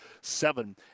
seven